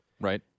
Right